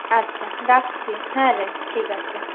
আচ্ছা রাখছি হ্যাঁ রে ঠিক আছে